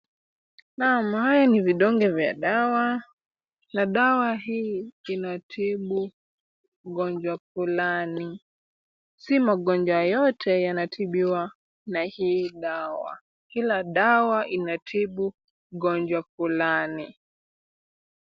Naam, haya ni vidonge vya dawa na dawa hii inatibu ugonjwa fulani. Si magonjwa yote yanatibiwa na hii dawa. Kila dawa inatibu ugonjwa fulani.